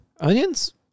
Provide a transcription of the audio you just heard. onions